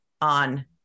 on